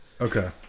Okay